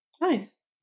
Nice